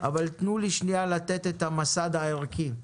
אבל תנו לי קודם לומר את המסד הערכי.